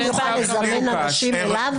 הרשם יוכל לזמן אנשים אליו?